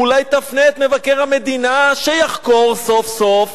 אולי תפנה את מבקר המדינה שיחקור סוף-סוף